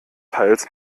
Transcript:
teils